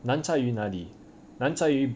难在于哪里难在于